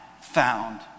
found